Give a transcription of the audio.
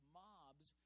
mobs